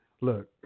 Look